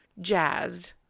jazzed